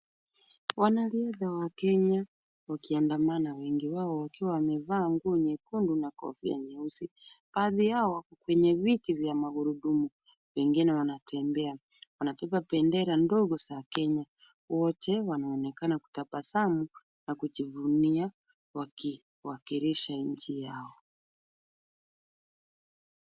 Wanariadha wa Kenya wakiandamana wengi wao wakiwa wamevaa nguo nyekundu na kofia nyeusi. Baadhi yao wako kwenye viti vya magurudumu wengine wanatembea. Wanabeba bendera ndogo za Kenya. Wote wanaonekana kutabasamu na kujivunia wakiwakilisha nchi yao.